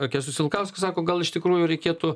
kęstutis vilkauskas sako gal iš tikrųjų reikėtų